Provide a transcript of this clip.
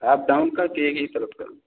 up down का कि एक ही तरफ का